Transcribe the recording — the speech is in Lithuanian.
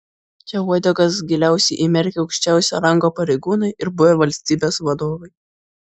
čia uodegas giliausiai įmerkę aukščiausio rango pareigūnai ir buvę valstybės vadovai